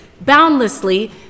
boundlessly